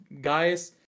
guys